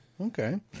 Okay